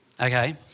Okay